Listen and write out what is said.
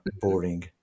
boring